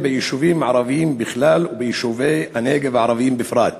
ביישובים ערביים בכלל וביישובי הנגב הערביים בפרט,